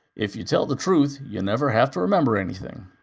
if you tell the truth, you never have to remember anything.